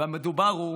ומדובר הוא